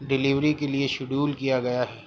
delivery کے لیے schedule کیا گیا ہے